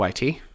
YT